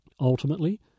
Ultimately